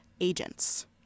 agents